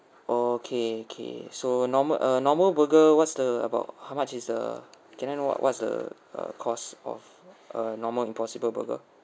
oh okay okay so normal uh normal burger what's the about how much is the can I know what what's the uh cost of a normal impossible burger